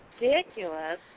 ridiculous